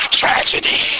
tragedy